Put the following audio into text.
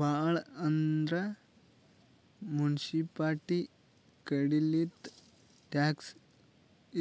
ಭಾಳ್ ಅಂದ್ರ ಮುನ್ಸಿಪಾಲ್ಟಿ ಕಡಿಲಿಂತ್ ಟ್ಯಾಕ್ಸ್